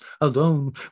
alone